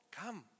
Come